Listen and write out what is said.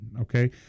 okay